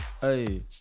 hey